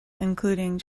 including